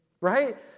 right